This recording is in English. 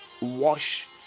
wash